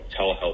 telehealth